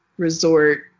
Resort